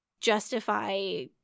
justify